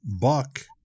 buck